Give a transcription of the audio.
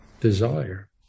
desire